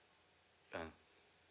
uh